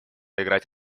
играть